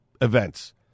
events